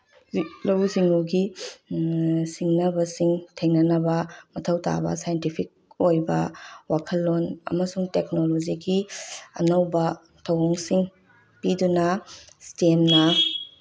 ꯂꯧꯎ ꯁꯤꯡꯎꯒꯤ ꯁꯤꯡꯅꯕꯁꯤꯡ ꯊꯦꯡꯅꯅꯕ ꯃꯊꯧ ꯇꯥꯕ ꯁꯥꯏꯟꯇꯤꯐꯤꯛ ꯑꯣꯏꯕ ꯋꯥꯈꯜꯂꯣꯟ ꯑꯃꯁꯨꯡ ꯇꯦꯛꯅꯣꯂꯣꯖꯤꯒꯤ ꯑꯅꯧꯕ ꯊꯑꯣꯡꯁꯤꯡ ꯄꯤꯗꯨꯅ ꯏꯁꯇꯦꯝꯅ